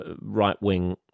right-wing